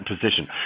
position